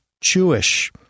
Jewish